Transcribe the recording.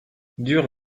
dur